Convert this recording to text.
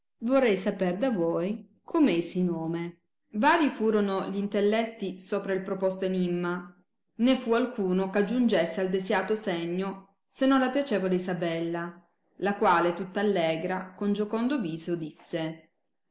vorrei saper da voi com ei si nome vari furono gì intelletti sopra il proposto enimma né fu alcuno eh aggiungesse al desiato segno se non la piacevole isabella la quale tutta allegra con giocondo viso disse